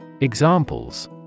Examples